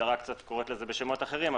המשטרה קוראת לזה בשמות אחרים,